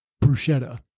bruschetta